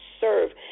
serve